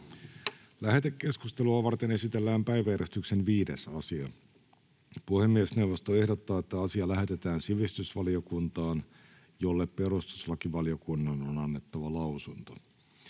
Lähetekeskustelua varten esitellään päiväjärjestyksen 6. asia. Puhemiesneuvosto ehdottaa, että asia lähetetään talousvaliokuntaan, jolle sosiaali- ja terveysvaliokunnan